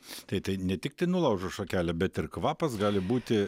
tai tai ne tiktai nulaužus šakelę bet ir kvapas gali būti